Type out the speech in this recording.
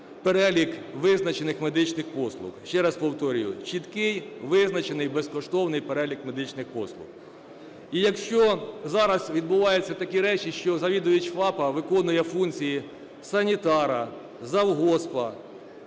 перелік визначених медичних послуг. Ще раз повторюю: чіткий, визначений, безкоштовний перелік медичних послуг. І якщо зараз відбуваються такі речі, що завідувач ФАПу виконує функції санітара, завгоспа